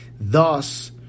Thus